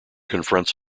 confronts